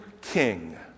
king